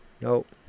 Nope